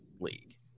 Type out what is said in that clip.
league